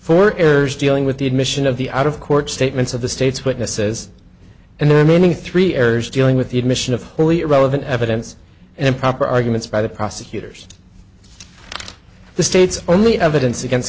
for errors dealing with the admission of the out of court statements of the state's witnesses and the remaining three errors dealing with the admission of wholly irrelevant evidence and improper arguments by the prosecutors the state's only evidence against